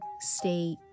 stay